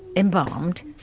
embalmed,